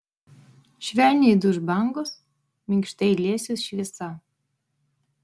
švelniai duš bangos minkštai liesis šviesa